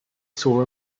saw